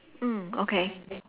mm okay